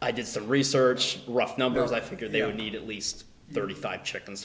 i did some research rough numbers i figured they would need at least thirty five chickens